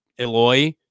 Eloy